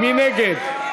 מי